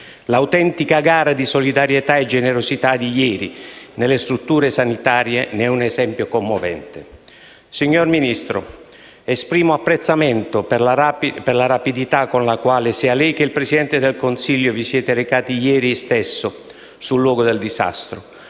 L'autentica gara di solidarietà e generosità di ieri nelle strutture sanitarie ne è un esempio commovente. Signor Ministro, esprimo apprezzamento per la rapidità con la quale sia lei che il Presidente dei Consiglio vi siete recati ieri stesso sul luogo del disastro,